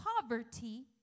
poverty